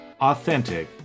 Authentic